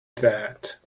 that